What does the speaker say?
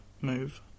move